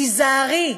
תיזהרי,